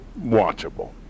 watchable